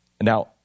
Now